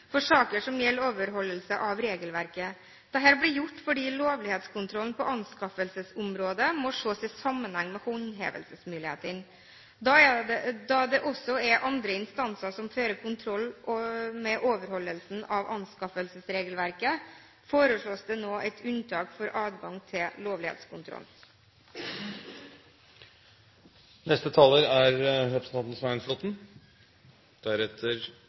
for saker som gjelder overholdelse av regelverket. Dette blir gjort fordi lovlighetskontrollen på anskaffelsesområdet må ses i sammenheng med håndhevelsesmulighetene. Da det også er andre instanser som fører kontroll med overholdelsen av anskaffelsesregelverket, foreslås det nå et unntak fra adgangen til lovlighetskontroll.